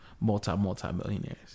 multi-multi-millionaires